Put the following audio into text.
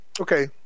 Okay